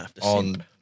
on